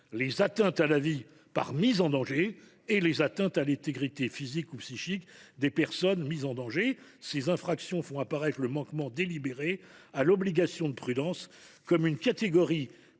les atteintes à la vie par mise en danger ; et les atteintes à l’intégrité physique ou psychique des personnes mises en danger. Ces infractions font apparaître le manquement délibéré à l’obligation de prudence comme une catégorie